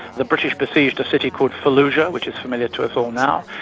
the british besieged a city called fallujah, which is familiar to us all now.